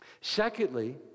Secondly